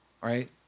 right